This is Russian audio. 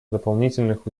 дополнительных